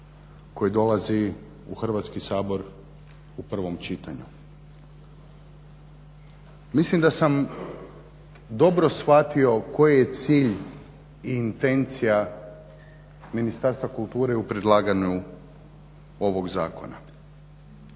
koji dolazi u Hrvatski sabor u prvom čitanju. Mislim da sam dobro shvatio koji je cilj i intencija Ministarstva kulture u predlaganju ovog zakona.